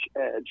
edge